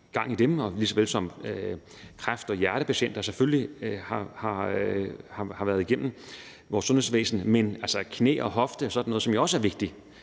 gang i dem, lige så vel som at kræft- og hjertepatienter selvfølgelig har været igennem vores sundhedsvæsen. Men altså, i forhold til knæ- og hofteoperationer og sådan noget, som jo også er vigtigt